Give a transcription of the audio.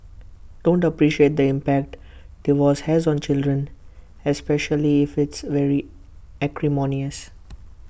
don't appreciate the impact divorce has on children especially if it's very acrimonious